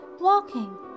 walking